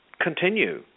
continue